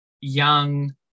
young